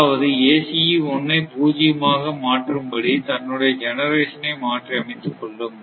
அதாவது ACE 1 ஐ பூஜ்யமாக மாற்றும் படி தன்னுடைய ஜெனரேஷன் ஐ மாற்றி அமைத்துக் கொள்ளும்